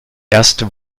erst